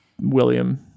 William